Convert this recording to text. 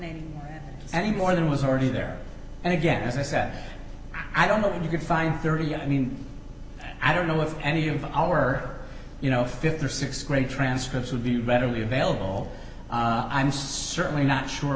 name any more than was already there and again as i said i don't know if you could find thirty i mean i don't know if any of our you know th or th grade transcripts would be readily available i'm certainly not sure